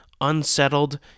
unsettled